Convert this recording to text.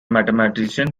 mathematician